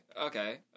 Okay